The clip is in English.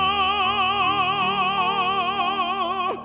oh